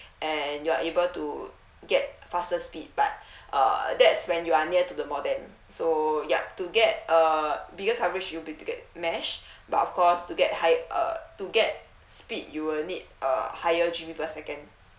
and you are able to get faster speed but uh that's when you are near to the modem so yup to get a bigger coverage it'll be uh mesh but of course to get high uh to get speed you will need a higher G_B per second